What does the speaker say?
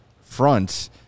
front